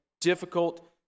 difficult